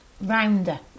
Rounder